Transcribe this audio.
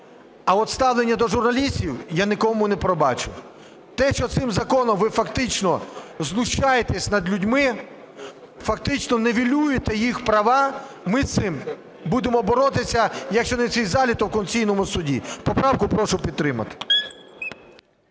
А от ставлення до журналістів я нікому не пробачу. Те, що цим законом ви фактично знущаєтесь над людьми, фактично нівелюєте їх права, ми з цим будемо боротися якщо не в цій залі, то в Конституційному Суді. Поправку прошу підтримати.